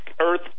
Earth